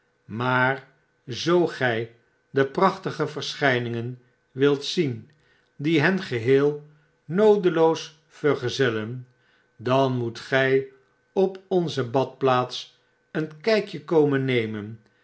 maar zoo gij de prachtige verschijningen wilt zien die hen geheel noodeloos vergezellen dan moet gij op onze badplaats een kpje komen nemen